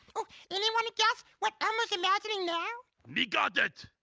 ah any wanna guess what elmo's imagining now? me got it.